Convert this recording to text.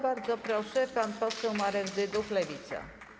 Bardzo proszę, pan poseł Marek Dyduch, Lewica.